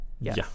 Yes